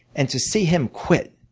and to see him quit